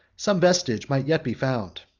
some vestige might yet be found.